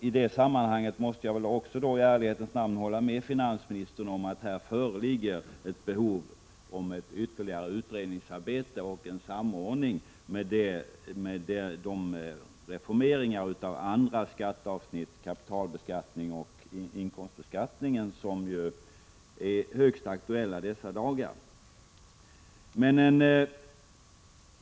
I det sammanhanget måste jag i ärlighetens namn hålla med finansministern om att det här föreligger behov av ett ytterligare utredningsarbete och en samordning med de reformeringar av andra skatteavsnitt, kapitalbeskattningen och inkomstbeskattningen, som ju är högst aktuella i dessa dagar.